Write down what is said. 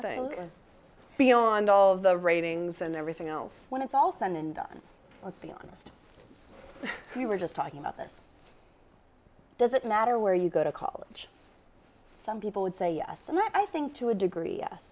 think beyond all of the ratings and everything else when it's all said and done let's be honest we were just talking about this does it matter where you go to college some people would say yes and i think to a degree